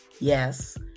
Yes